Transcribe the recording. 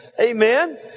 Amen